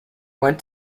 went